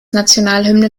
nationalhymne